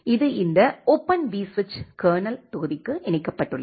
இது இந்த ஓபன் விஸ்விட்ச் கர்னல் கர்னல் தொகுதிக்கு இணைக்கப்பட்டுள்ளது